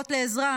וקוראות לעזרה,